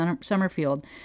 Summerfield